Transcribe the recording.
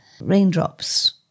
raindrops